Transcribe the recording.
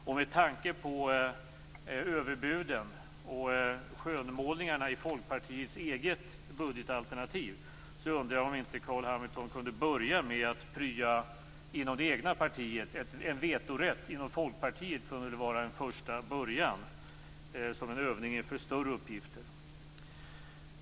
Och med tanke på överbuden och skönmålningarna i Folkpartiets eget budgetalternativ undrar jag om inte Carl B Hamilton kunde börja med att prya inom det egna partiet. En vetorätt inom Folkpartiet kunde ju vara en första början som en övning inför större uppgifter.